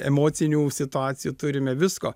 emocinių situacijų turime visko